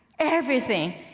everything,